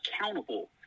accountable